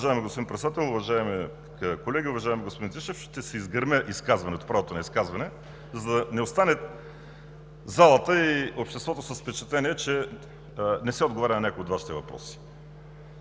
Уважаеми господин Председател, уважаеми колеги! Уважаеми господин Тишев, ще си изгърмя правото на изказване, за да не останат залата и обществото с впечатление, че не се отговаря на някои от Вашите въпроси.